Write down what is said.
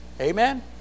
Amen